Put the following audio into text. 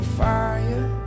fire